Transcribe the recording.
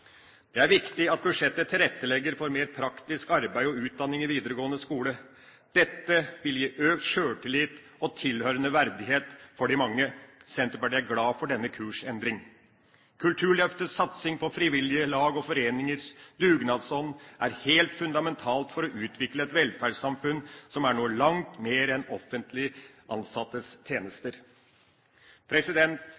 Det er viktig at budsjettet tilrettelegger for mer praktisk arbeid og utdanning i videregående skole. Dette vil gi økt sjøltillit og tilhørende verdighet for de mange. Senterpartiet er glad for denne kursendring. Kulturløftets satsing på frivillige lag og foreningers dugnadsånd er helt fundamental for å utvikle et velferdssamfunn, som er noe langt mer enn offentlig ansattes